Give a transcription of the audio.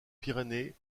pyrénées